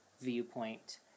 viewpoint